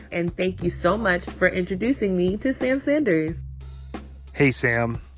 and thank you so much for introducing me to sam sanders hey, sam.